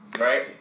right